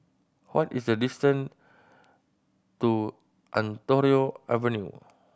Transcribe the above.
what is the distance to Ontario Avenue